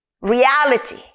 reality